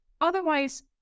otherwise